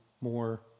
more